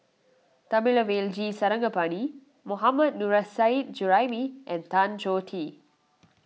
Thamizhavel G Sarangapani Mohammad Nurrasyid Juraimi and Tan Choh Tee